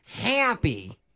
happy